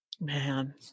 Man